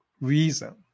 reason